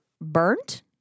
burnt